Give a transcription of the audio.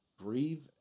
Breathe